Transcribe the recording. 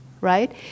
right